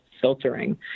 filtering